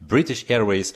british airways